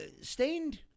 Stained